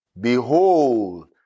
Behold